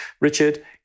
Richard